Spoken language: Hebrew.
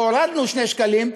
והורדנו 2 שקלים,